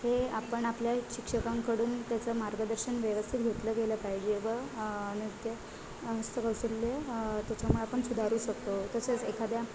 हे आपण आपल्या शिक्षकांकडून त्याचं मार्गदर्शन व्यवस्थित घेतलं गेलं पाहिजे व नृत्य हस्तकौशल्य त्याच्यामुळे आपण सुधारू शकतो तसेच एखाद्या